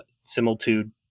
similitude